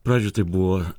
pradžioj tai buvo